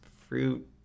Fruit